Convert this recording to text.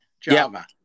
Java